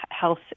health